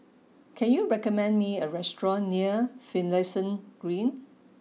can you recommend me a restaurant near Finlayson Green